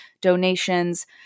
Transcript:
donations